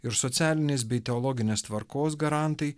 ir socialinės bei teologinės tvarkos garantai